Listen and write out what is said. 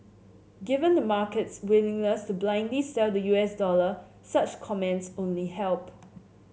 given the market's willingness to blindly sell the U S dollar such comments only help